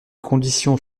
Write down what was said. conditions